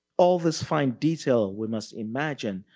all this fine detail we must imagine,